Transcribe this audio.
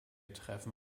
treffen